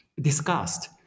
discussed